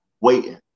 waiting